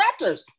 Raptors